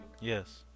yes